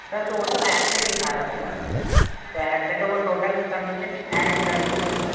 سر تو وہ تو ایپ پہ دکھا رہا تھا نا تو ایپ پہ تو وہ ٹوٹل کمیشن ایڈ کر کے